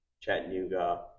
Chattanooga